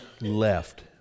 left